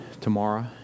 tomorrow